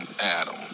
adam